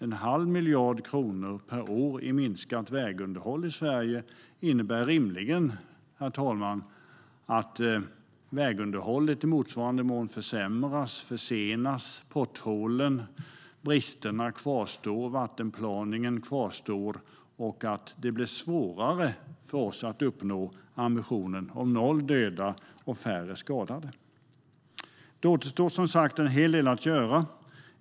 Ett minskat vägunderhåll i Sverige meden halv miljard kronor per år innebär rimligen att vägunderhållet i motsvarande mån försämras och försenas. Potthålen, bristerna och vattenplaningen kvarstår, och det blir svårare för oss att leva upp till ambitionen om noll dödade och färre skadade. Det återstår som sagt en hel del att göra.